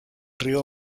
río